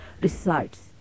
resides